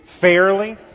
fairly